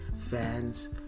fans